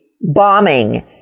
bombing